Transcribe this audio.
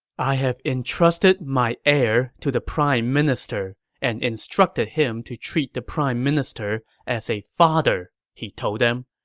i have entrusted my heir to the prime minister and instructed him to treat the prime minister as a father, he told them.